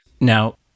Now